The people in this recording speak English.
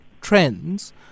trends